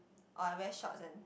or I wear shorts and